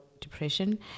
depression